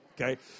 Okay